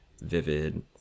vivid